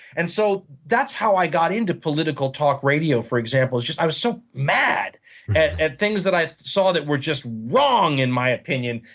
and so that's how i got into political talk radio, for example. i was so mad at at things that i saw that were just wrong, in my opinion.